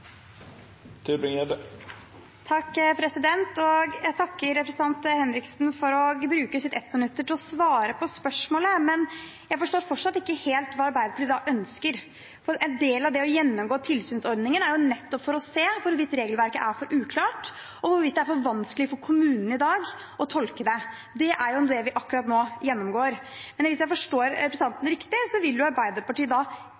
Jeg takker representanten Martin Henriksen for å ha brukt sitt 1-minuttsinnlegg til å svare på spørsmålet, men jeg forstår fortsatt ikke helt hva Arbeiderpartiet ønsker, for en del av det å gjennomgå tilsynsordningen er jo nettopp å se hvorvidt regelverket er for uklart, og hvorvidt det er for vanskelig for kommunene i dag å tolke det. Det er jo det vi akkurat nå gjennomgår. Hvis jeg forstår representanten Henriksen riktig, vil Arbeiderpartiet da